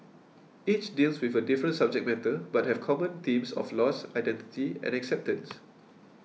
each deals with a different subject matter but have common themes of loss identity and acceptance